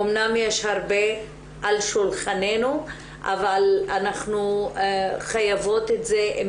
אמנם יש הרבה על שולחננו אבל אנחנו חייבות את זה אם